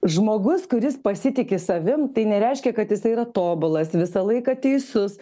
žmogus kuris pasitiki savim tai nereiškia kad jisai yra tobulas visą laiką teisus